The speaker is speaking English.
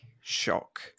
Shock